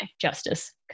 justice